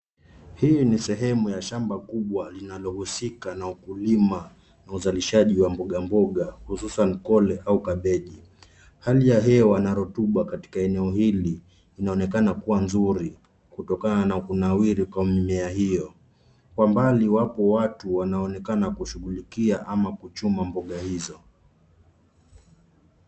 Hii ni sehemu ya shamba kubwa linalihusika na ukulima na uzalishaji wa mboga mboga hususan kole au kabeji. Hali ya hewa na rotuba katika eneo hili inaonekana kuwa nzuri kutokana na unawiri kwa mimea hiyo. Kwa mbali wapo watu wanaonekana kushughulikia ama kuchuma mboga hizo.